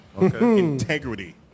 integrity